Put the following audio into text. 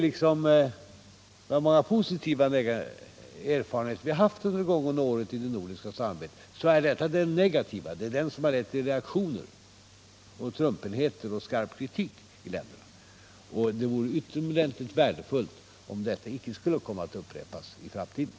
Vi har haft positiva erfarenheter av det nordiska sam 25 arbetet under de gångna åren men detta är den negativa sidan. Det är den som har lett till reaktioner, trumpenhet och skarp kritik inom länderna. Det vore därför ytterligt värdefullt, om detta inte skulle komma att upprepas i framtiden.